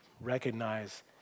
recognize